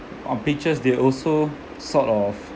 on pictures they also sort of